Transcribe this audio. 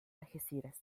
algeciras